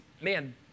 man